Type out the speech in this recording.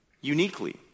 uniquely